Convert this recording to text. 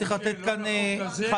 צריך לתת כאן --------- איל.